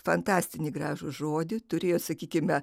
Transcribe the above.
fantastinį gražų žodį turėjo sakykime